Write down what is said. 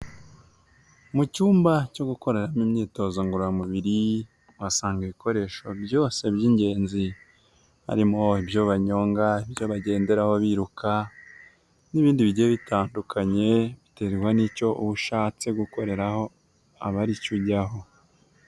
Mu cyumba cyo gukoreramo imyitozo ngororamubiri uhasanga ibikoresho byose by'ingenzi, harimo ibyo banyonga, ibyo bagenderaho biruka n'ibindi bigiye bitandukanye, biterwa n'icyo ushatse gukoreraho aba aricyo ujyaho.